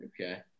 Okay